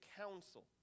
counsel